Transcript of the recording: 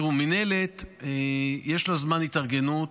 תראו, למינהלת יש זמן התארגנות.